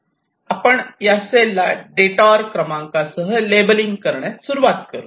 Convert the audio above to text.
आपण या सेलला डिटोर क्रमांकासह लेबलिंग करण्यास सुरवात करू